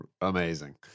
amazing